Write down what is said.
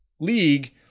league